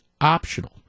optional